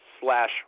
slash